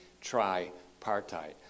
tripartite